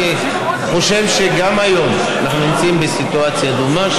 אני חושב שגם היום נמצאים בסיטואציה דומה,